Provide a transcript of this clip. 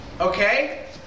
Okay